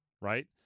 right